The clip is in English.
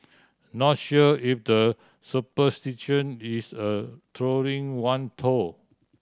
not sure if the superstition is a trolling one though